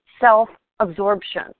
self-absorption